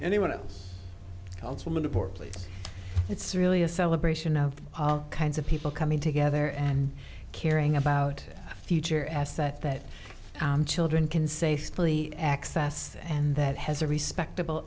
workplace it's really a celebration of all kinds of people coming together and caring about future asset that children can safely access and that has a respectable